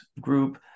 group